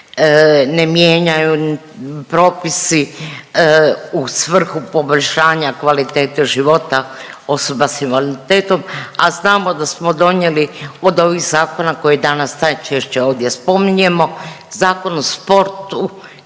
ne mijenjaju propisi u svrhu poboljšanja kvalitete života osoba s invaliditetom, a znamo da smo donijeli od ovih zakona koje danas najčešće ovdje spominjemo Zakon o sportu